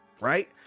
right